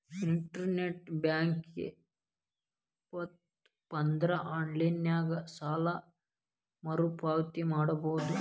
internet banking ಇತ್ತಪಂದ್ರಾ online ನ್ಯಾಗ ಸಾಲ ಮರುಪಾವತಿ ಮಾಡಬೋದು